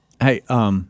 Hey